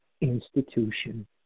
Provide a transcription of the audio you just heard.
institution